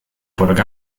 por